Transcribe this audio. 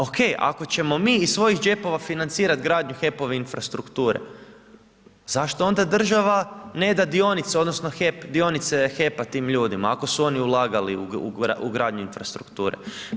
Ok ako ćemo mi iz svojih džepova financirati gradnju HEP-ove infrastrukture, zašto onda država ne da dionice odnosno dionice HEP-a tim ljudima ako su oni ulagali u gradnju infrastrukture?